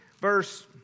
verse